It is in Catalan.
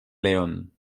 león